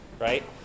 right